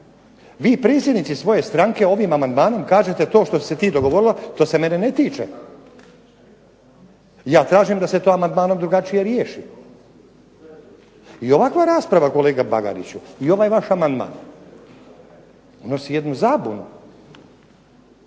Vi predsjednici svoje stranke ovim amandmanom kažete to što si se ti dogovorila, to se mene ne tiče. Ja tražim da se to amandmanom drugačije riješi. I ovakva rasprava kolega Bagariću i ovaj vaš amandman unosi jednu zabunu